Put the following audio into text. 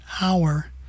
hour